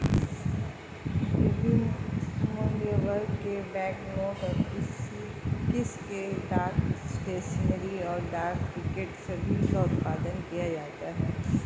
विभिन्न मूल्यवर्ग के बैंकनोट और सिक्के, डाक स्टेशनरी, और डाक टिकट सभी का उत्पादन किया जाता है